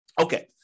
Okay